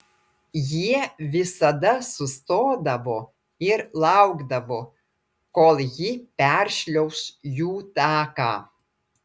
jie visada sustodavo ir laukdavo kol ji peršliauš jų taką